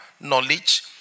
knowledge